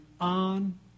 on